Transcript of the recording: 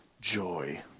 joy